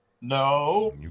No